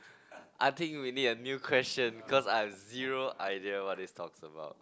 I think we need a new question cause I have zero idea what this talks about